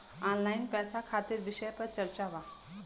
Online पैसा खातिर विषय पर चर्चा वा?